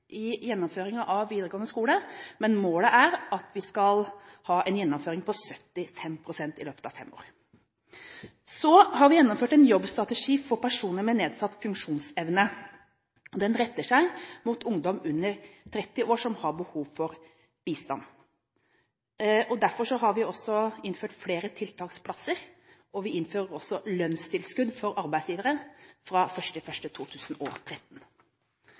i gjennomføringen av videregående skole, men målet er at vi skal ha en gjennomføring på 75 pst. i løpet av fem år. Så har vi gjennomført en jobbstrategi for personer med nedsatt funksjonsevne. Den retter seg mot ungdom under 30 år, som har behov for bistand. Derfor har vi også innført flere tiltaksplasser. Vi innfører også lønnstilskudd for arbeidsgivere fra 1. januar i 2013.